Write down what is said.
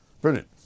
brilliant